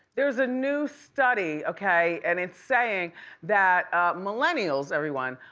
there's a new study, okay, and it saying that millennials, everyone,